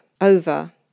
over